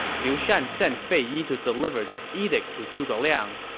liu shan sent fei yi to deliver this edict to zhuge liang.